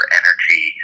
energy